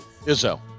Izzo